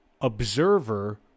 observer